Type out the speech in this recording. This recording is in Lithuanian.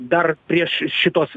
dar prieš šitos